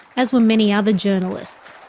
as were many other journalists.